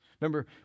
Remember